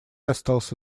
остался